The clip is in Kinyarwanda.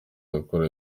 akora